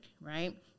right